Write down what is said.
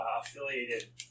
affiliated